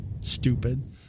stupid